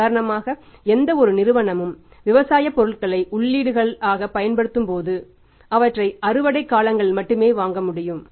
உதாரணமாக எந்தவொரு நிறுவனமும் விவசாய பொருட்களை உள்ளீடுகள் ஆக பயன்படுத்தும் பொழுது அவற்றை அறுவடைக் காலங்களில் மட்டுமே வாங்க முடியும்